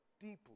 deeply